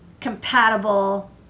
compatible